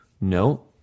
No